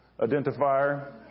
identifier